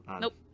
Nope